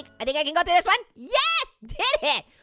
i think i can go through this one. yes, did it!